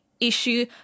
issue